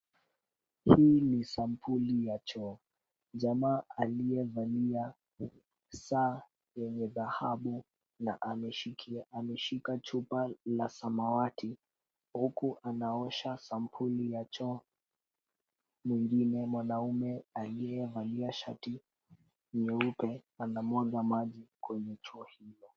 Hii ni sampuli ya choo. Jamaa aliyevalia saa yenye dhahabu na ameshika chupa la samawati huku anaosha sampuli ya choo. Mwingine mwanaume aliyevalia shati nyeupe anamwaga maji kwenye choo hilo.